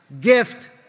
gift